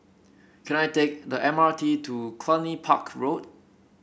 can I take the M R T to Cluny Park Road